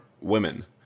women